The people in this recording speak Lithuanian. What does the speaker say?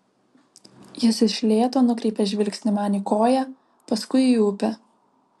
jis iš lėto nukreipia žvilgsnį man į koją paskui į upę